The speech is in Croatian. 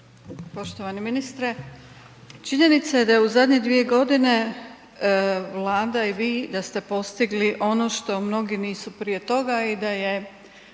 Poštovani ministre, činjenica je da je u zadnje dvije godine Vlada i vi da ste postigli ono što mnogi nisu prije toga i da je,